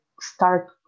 start